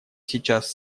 сейчас